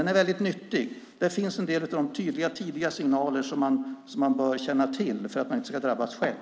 Den är väldigt nyttig. Här finns en del av de tydliga, tidiga signaler som man bör känna till för att man inte ska drabbas själv.